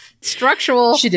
structural